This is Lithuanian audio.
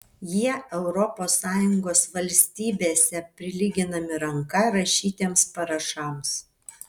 jie europos sąjungos valstybėse prilyginami ranka rašytiems parašams